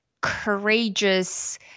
courageous